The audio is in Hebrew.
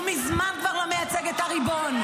הוא כבר מזמן לא מייצג את הריבון.